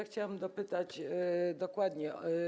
Chciałabym dopytać dokładnie.